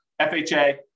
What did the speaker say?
FHA